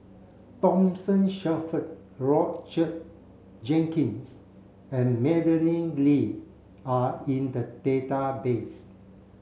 Thomas Shelford Roger Jenkins and Madeleine Lee are in the database